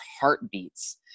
heartbeats